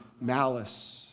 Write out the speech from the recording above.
malice